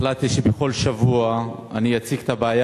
החלטתי שבכל שבוע אני אציג את הבעיה